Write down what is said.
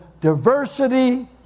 diversity